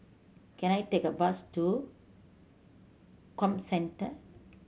can I take a bus to Comcentre